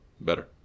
better